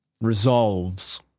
resolves